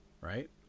right